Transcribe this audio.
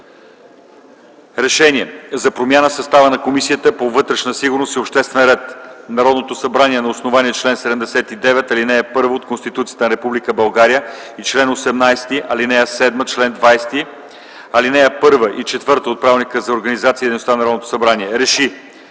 „РЕШЕНИЕ за промяна на Комисията по вътрешна сигурност и обществен ред Народното събрание на основание чл. 79, ал. 1 от Конституцията на Република България и чл. 18, ал. 7, чл. 20, ал. 1 и 4 от Правилника за организацията и дейността на Народното събрание РЕШИ: